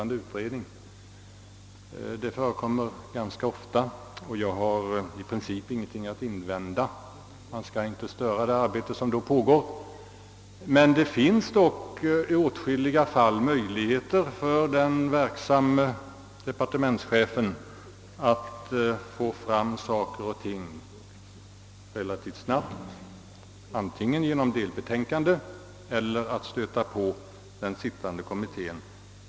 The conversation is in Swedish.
Detta förekommer ganska ofta, och jag har i princip ingenting att invända; man bör inte störa det arbete som pågår i en utredning. Men i åtskilliga fall har den verksamme departementschefen möjligheter att få fram saker och ting relativt snabbt antingen genom att framföra ett önskemål om delbetänkanden eller genom att stöta på den sittande kommittén.